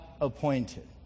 appointed